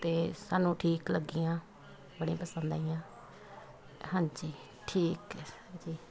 ਅਤੇ ਸਾਨੂੰ ਠੀਕ ਲੱਗੀਆਂ ਬੜੀਆਂ ਪਸੰਦ ਆਈਆਂ ਹਾਂਜੀ ਠੀਕ ਹੈ ਸਰ ਜੀ